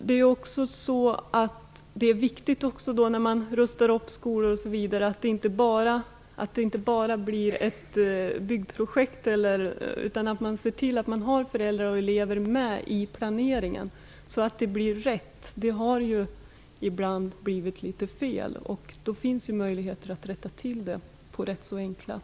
Det är också viktigt att det inte bara blir ett byggprojekt när man rustar upp skolor, utan att man ser till att föräldrar och elever är med i planeringen, så att det blir rätt. Det har ju ibland blivit litet fel. Det finns möjligheter att rätta till det på ett rätt så enkelt sätt.